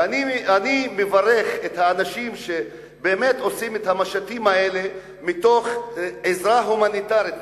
ואני מברך את האנשים שבאמת עושים את המשטים האלה מתוך עזרה הומינטרית.